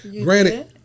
granted